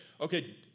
okay